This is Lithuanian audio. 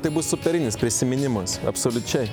tai bus superinis prisiminimas absoliučiai